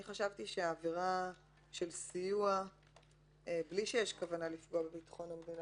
אני חשבתי שעבירה של סיוע בלי שיש כוונה לפגוע בביטחון המדינה,